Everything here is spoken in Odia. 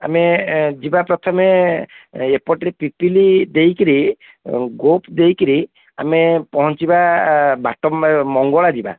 ଆମେ ଯିବା ପ୍ରଥମେ ଏପଟରେ ପିପିଲି ଦେଇକରି ଗୋପ ଦେଇକରି ଆମେ ପହଞ୍ଚିବା ବାଟ ମଙ୍ଗଳା ଯିବା